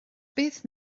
beth